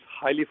highly